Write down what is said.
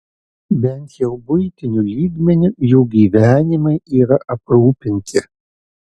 bent jau buitiniu lygmeniu jų gyvenimai yra aprūpinti